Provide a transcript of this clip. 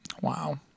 Wow